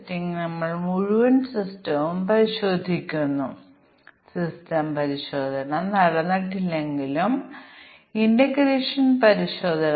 ഇപ്പോൾ നമുക്ക് മനസ്സിലാക്കാൻ ഒരു ഉദാഹരണ പരിപാടി നോക്കാം എന്തുകൊണ്ടാണ് ഈ മിക്ക പ്രശ്നങ്ങളും 2 വഴി പ്രശ്നങ്ങൾ